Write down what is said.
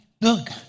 look